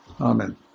Amen